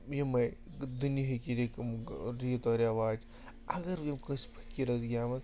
یِمَے دُنِہیٖکی ریٖتو رٮ۪واج اگر یِم کٲنٛسہِ فقیٖرَس گٮ۪وَن